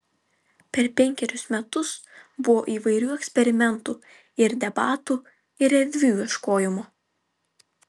per penkerius metus buvo įvairių eksperimentų ir debatų ir erdvių ieškojimo